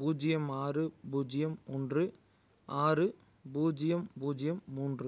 பூஜ்ஜியம் ஆறு பூஜ்ஜியம் ஒன்று ஆறு பூஜ்ஜியம் பூஜ்ஜியம் மூன்று